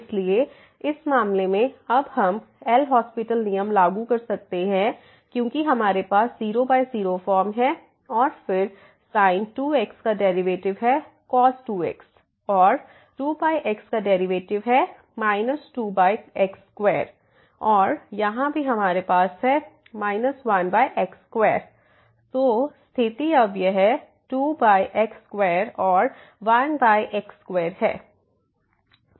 इसलिए इस मामले में अब हम एल हास्पिटलLHospital नियम लागू कर सकते हैं क्योंकि हमारे पास 00 फॉर्म है और फिर sin 2x का डेरिवेटिव है 2x और 2x का डेरिवेटिव है 2x2 और यहां भी हमारे पास है 1x2 तो स्थिति अब यह 2x2 और 1x2 है